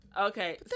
Okay